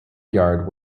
yard